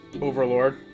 Overlord